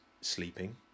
sleeping